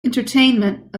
entertainment